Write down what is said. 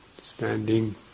standing